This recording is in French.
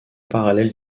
parallèle